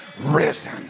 risen